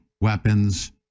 weapons